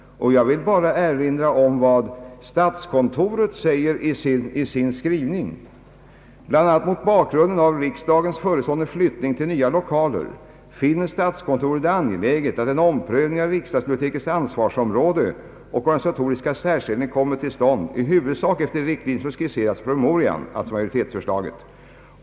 Jag vill bara erinra om vad statskontoret säger i sin skrivning: »Bland annat mot bakgrund av riksdagens förestående flyttning till nya lokaler finner statskontoret det angeläget, att en omprövning av riksdagsbibliotekets ansvarsområde och organisatoriska särställning kommer till stånd i huvudsak efter de riktlinjer som skisseras i promemorian.